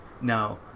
Now